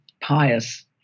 pious